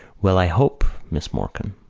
well, i hope, miss morkan,